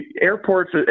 Airports